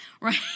right